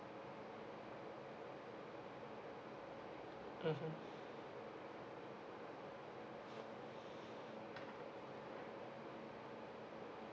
mmhmm